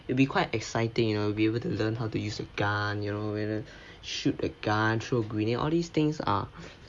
it will be quite exciting you know you'll be able to learn how to use a gun you know shoot a gun throw of grenade all these things are